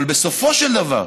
אבל בסופו של דבר,